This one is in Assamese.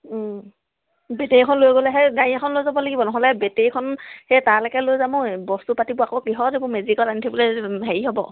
বেটেৰীখন লৈ গ'লেহে গাড়ী এখন লৈ যাব লাগিব নহ'লে বেটেৰীখন সেই তালৈকে লৈ যাম ঐ বস্তু পাতিবোৰ আকৌ কিহত এইবোৰ মেজিকত আনি থাকিবলৈ হেৰি হ'ব